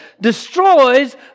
destroys